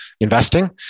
investing